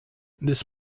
this